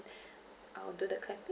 I will do the clapping